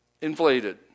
inflated